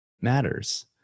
matters